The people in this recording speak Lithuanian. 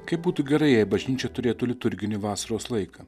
kaip būtų gerai jei bažnyčia turėtų liturginį vasaros laiką